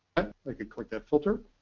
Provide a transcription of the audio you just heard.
i could click that filter.